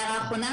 הערה אחרונה.